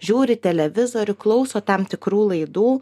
žiūri televizorių klauso tam tikrų laidų